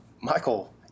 Michael